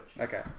Okay